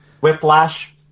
Whiplash